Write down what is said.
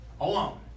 Alone